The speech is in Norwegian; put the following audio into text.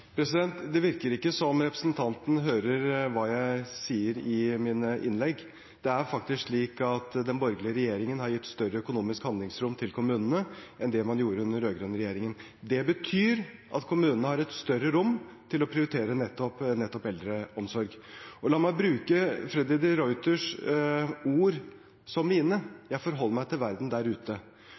Det virker ikke som om representanten hører hva jeg sier i mine innlegg. Det er faktisk slik at den borgerlige regjeringen har gitt større økonomisk handlingsrom til kommunene enn man hadde under den rød-grønne regjeringen. Det betyr at kommunene har et større rom til å prioritere nettopp eldreomsorg. La meg gjøre Freddy de Ruiters ord til mine: Jeg forholder meg til verden der ute.